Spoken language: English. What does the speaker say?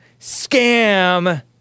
Scam